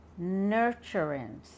nurturance